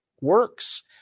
works